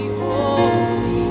holy